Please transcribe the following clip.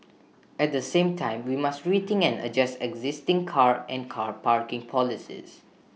at the same time we must rethink and adjust existing car and car parking policies